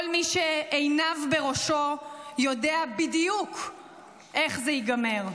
כל מי שעיניו בראשו יודע בדיוק איך זה ייגמר.